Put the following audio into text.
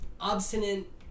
obstinate